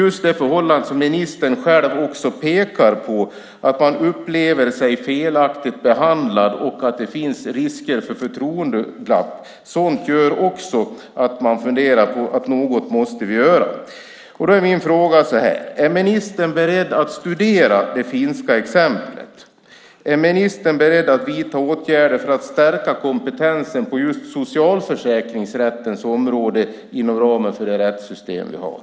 Just det förhållande som även ministern själv pekar på, att man upplever sig felaktigt behandlad och att risken finns att det blir förtroendeglapp, gör också att man funderar på att något måste göras. Därför är min fråga: Är ministern beredd att studera det finska exemplet, och är ministern beredd att vidta åtgärder för att stärka kompetensen på just socialförsäkringsrättens område inom ramen för det rättssystem vi har?